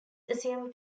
assumed